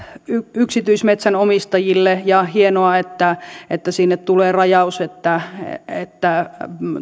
yksityismetsän omistajille ja hienoa että että sinne tulee rajaus että että